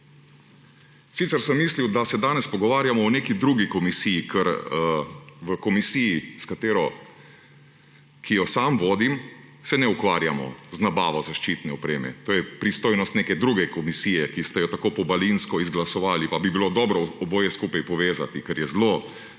Sicer sem mislil, da se danes pogovarjamo o neki drugi komisiji, ker v komisiji, ki jo sam vodim, se ne ukvarjamo z nabavo zaščitne opreme. To je pristojnost neke druge komisije, ki ste jo tako pobalinsko izglasovali, pa bi bilo dobro oboje skupaj povezati, ker je zelo